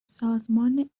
سازمان